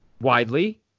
widely